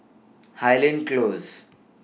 Highland Close